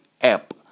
app